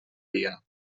dia